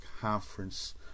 conference